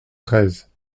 treize